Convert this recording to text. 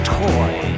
toy